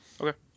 Okay